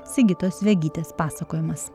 sigitos vegytės pasakojimas